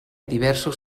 diversos